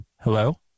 Hello